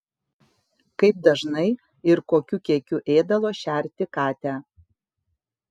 kaip dažnai ir kokiu kiekiu ėdalo šerti katę